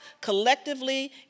collectively